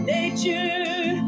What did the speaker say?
Nature